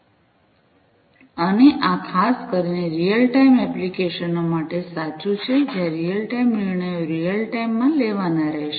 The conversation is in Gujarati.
અને આ ખાસ કરીને રીઅલ ટાઇમ એપ્લિકેશન માટે સાચું છે જ્યાં રીઅલ ટાઇમ નિર્ણયો રીઅલ ટાઇમ માં લેવાના રહેશે